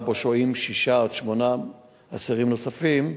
שבו שוהים שישה עד שמונה אסירים נוספים,